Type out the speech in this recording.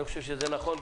אני חושב שזה נכון.